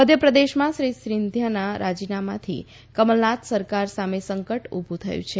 મધ્યપ્રદેશમાં શ્રી સિંધિયાના રાજીનામાથી કમલનાથ સરકાર સામે સંકટ ઉભું થથું છે